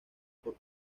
por